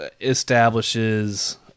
establishes